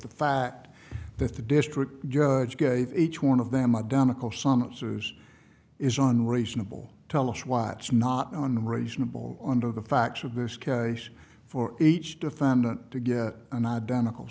the fact that the district judge gave each one of them adamic is on reasonable thomas watch not on reasonable under the facts of this case for each defendant to get an identical